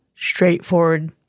straightforward